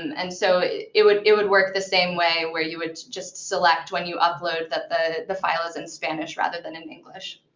um and so it would it would work the same way, where you would just select when you upload that the the file is in spanish rather than in english.